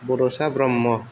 Bodosa Brahma